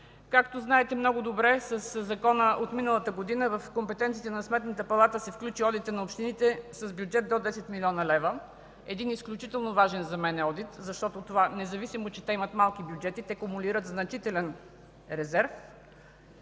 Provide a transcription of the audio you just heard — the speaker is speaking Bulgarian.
Както знаете много добре, със закона от миналата година, в компетенциите на Сметната палата се включи одита на общините с бюджет до 10 млн. лв. – един изключително важен за мен одит, защото, независимо че имат малки бюджети те кумулират значителен резерв,